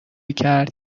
کرد